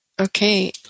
Okay